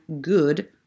good